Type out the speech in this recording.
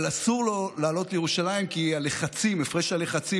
אבל אסור לו לעלות לירושלים כי הפרש הלחצים